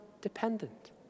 dependent